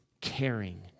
caring